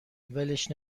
ولش